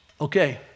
Okay